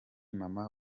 mama